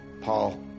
Paul